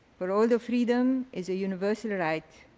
for all the freedom is a universal right.